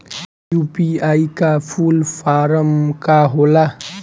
UPI का full form का होला?